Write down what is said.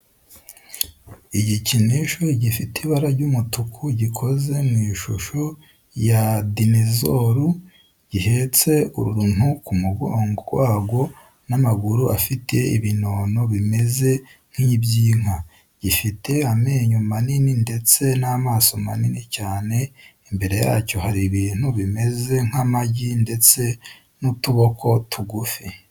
Igikinisho gifite ibara ry'umutuku gikoze mu ishusho ya dinezoru, gihetse uruntu ku mugongo warwo n'amaguru afite ibinono bimeze nk'iby'inka, gifite amenyo manini ndetse n'amaso manini cyane. Imbere yacyo hari ibintu bimeze nk'amagi ndetse n'utuboko tugufi.